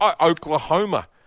Oklahoma